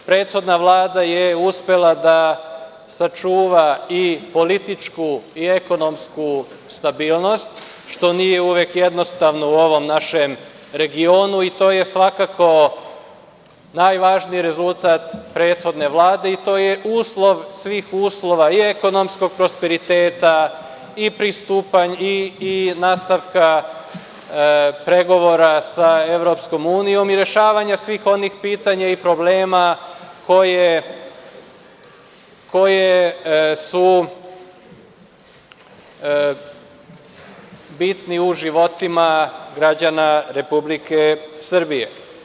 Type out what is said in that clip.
Prethodna Vlada je uspela da sačuva i političku i ekonomsku stabilnost, što nije uvek jednostavno u ovom našem regionu i to je svakako najvažniji rezultat prethodne Vlade i to je uslov svih uslova, i ekonomskog prosperiteta i nastavka pregovora sa EU i rešavanje svih onih pitanja i problema koji su bitni u životima građana Republike Srbije.